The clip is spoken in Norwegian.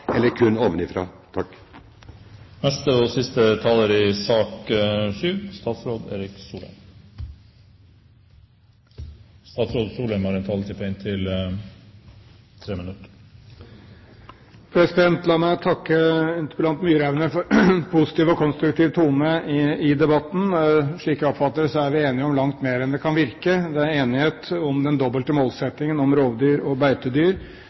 eller kun ovenfra. La meg takke interpellanten Myraune for en positiv og konstruktiv tone i debatten. Slik jeg oppfatter det, er vi enige om langt mer enn det kan virke som. Det er enighet om den dobbelte målsettingen om rovdyr og beitedyr.